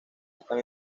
están